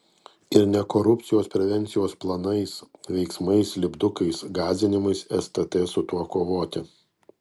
ir ne korupcijos prevencijos planais veiksmais lipdukais gąsdinimais stt su tuo kovoti